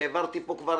והעברתי פה כבר